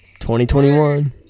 2021